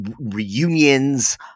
reunions